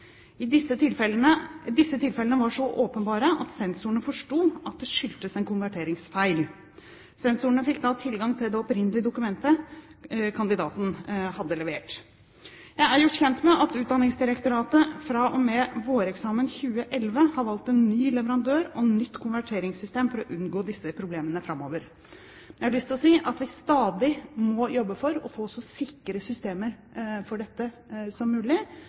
Disse tilfellene var så åpenbare at sensorene forsto at det skyldtes en konverteringsfeil. Sensorene fikk da tilgang til det opprinnelige dokumentet kandidaten hadde levert. Jeg er gjort kjent med at Utdanningsdirektoratet fra og med våreksamen 2011 har valgt en ny leverandør og nytt konverteringssystem for å unngå disse problemene framover. Jeg har lyst til å si at vi stadig må jobbe for å få så sikre systemer for dette som mulig.